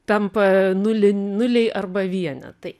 tampa nuli nuliai arba vienetai